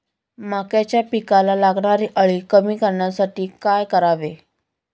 मक्याच्या पिकाला लागणारी अळी कमी करण्यासाठी काय करावे?